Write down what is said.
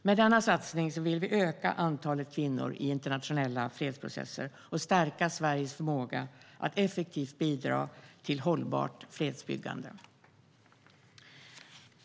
Med denna satsning vill vi öka antalet kvinnor i internationella fredsprocesser och stärka Sveriges förmåga att effektivt bidra till hållbart fredsbyggande.